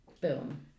Boom